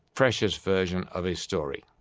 freshest version of a story.